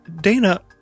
Dana